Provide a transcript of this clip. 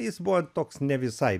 jis buvo toks ne visai